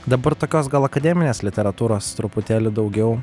dabar tokios gal akademinės literatūros truputėlį daugiau